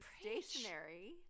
stationary